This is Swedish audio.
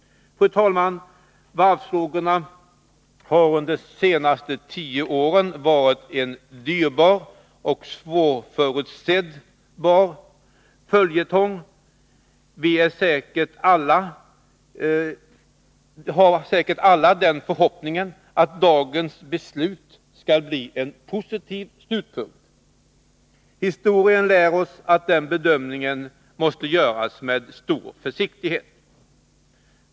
Fru talman! Varvsfrågorna har under de senaste tio åren varit en dyrbar och svårförutsebar följetong. Vi har säkert alla den förhoppningen att dagens beslut skall bli en positiv slutpunkt. Historien lär oss att den bedömningen måste göras med stor försiktighet.